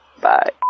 Bye